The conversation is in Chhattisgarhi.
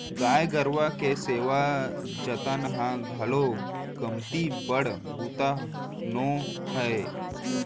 गाय गरूवा के सेवा जतन ह घलौ कमती बड़ बूता नो हय